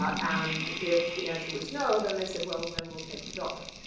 and if the answer was no, then they said, well, then we'll take the daughter.